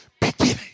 beginning